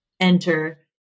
enter